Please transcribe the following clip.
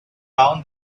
down